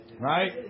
right